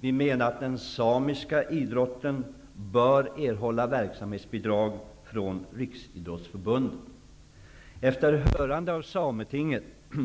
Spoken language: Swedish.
Vi menar att den samiska idrotten bör erhålla verksamhetsbidrag från Riksidrottsförbundet. Efter hörande av Sametinget